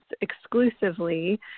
exclusively